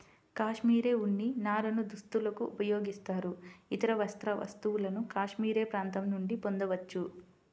cashmere ఉన్ని నారను దుస్తులకు ఉపయోగిస్తారు, ఇతర వస్త్ర వస్తువులను కాష్మెరె ప్రాంతం నుండి పొందవచ్చు